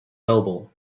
noble